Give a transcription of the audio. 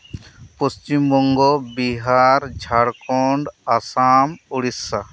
Paschim Banga Bihar Jharkhand Assam Odisha